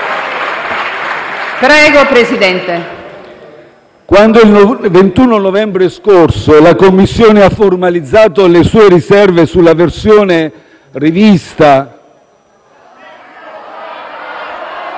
Quando il 21 novembre scorso la Commissione ha formalizzato le sue riserve sulla versione rivista...